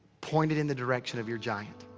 point it in the direction of your giant.